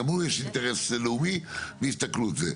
גם הוא יש אינטרס לאומי והסתכלות זה.